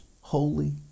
holy